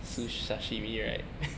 s~